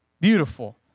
Beautiful